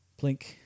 plink